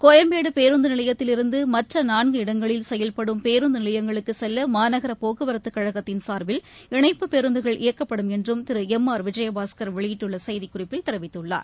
கோயம்பேடுபேருந்துநிலையத்தில் இருந்துமற்றநான்கு இடங்களில் செயல்படும் பேருந்துநிலையங்களுக்குசெல்லமாநகரபோக்குவரத்துகழகத்தின் சார்பில் இணைப்பு பேருந்துகள் இயக்கப்படும் என்றும் திருஎம் ஆர் விஜயபாஸ்கர் வெளியிட்டுள்ளசெய்திக்குறிப்பில் தெரிவித்துள்ளார்